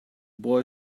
boy